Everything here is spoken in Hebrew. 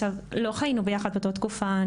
לא חיינו ביחד באותה תקופה,